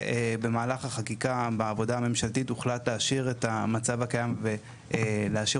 ובמהלך החקיקה בעבודה הממשלתית הוחלט להשאיר את המצב הקיים ולהשאיר